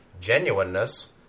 genuineness